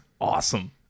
awesome